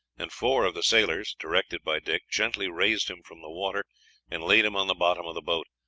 and four of the sailors, directed by dick, gently raised him from the water and laid him on the bottom of the boat.